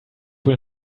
will